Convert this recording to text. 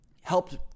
helped